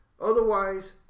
Otherwise